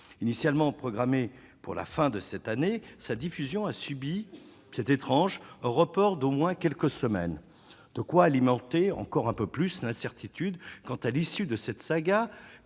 Initialement programmée pour la fin de cette année, sa diffusion a subi- c'est étrange ! -un report d'au moins quelques semaines. De quoi alimenter encore un peu plus l'incertitude quant à l'issue de cette saga